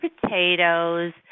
potatoes